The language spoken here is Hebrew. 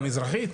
המזרחית,